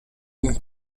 and